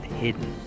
hidden